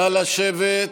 נא לשבת.